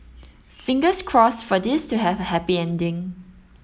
fingers crossed for this to have a happy ending